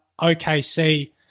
OKC